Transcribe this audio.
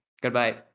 Goodbye